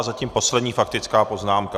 Zatím poslední faktická poznámka.